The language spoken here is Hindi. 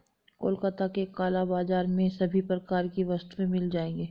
कोलकाता के काला बाजार में सभी प्रकार की वस्तुएं मिल जाएगी